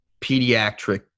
pediatric